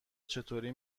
چطوری